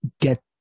get